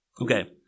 okay